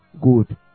good